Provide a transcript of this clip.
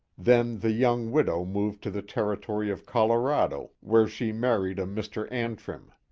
then the young widow moved to the territory of colorado, where she married a mr. antrim.